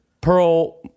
Pearl